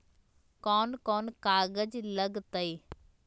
कौन कौन कागज लग तय?